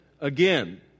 again